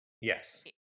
yes